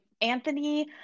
Anthony